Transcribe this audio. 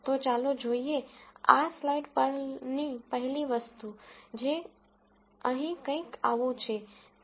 તો ચાલો જોઈએ આ સ્લાઇડ પરની પહેલી વસ્તુ જે અહીં કંઇક આવું છે